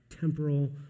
temporal